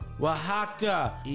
Oaxaca